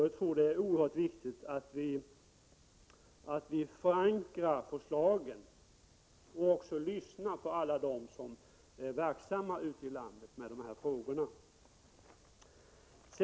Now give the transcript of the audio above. Jag tror att det är oerhört viktigt att vi förankrar förslagen och även lyssnar på alla dem ute i landet som är verksamma med dessa frågor.